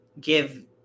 give